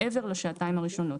מעבר לשעתיים הראשונות.